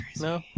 No